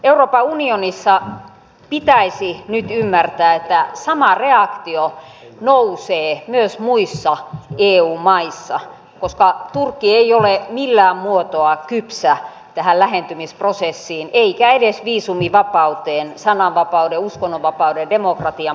euroopan unionissa pitäisi nyt ymmärtää että sama reaktio nousee myös muissa eu maissa koska turkki ei ole millään muotoa kypsä tähän lähentymisprosessiin eikä edes viisumivapauteen sananvapauden uskonnonvapauden demokratian puutteiden vuoksi